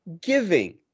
giving